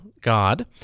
God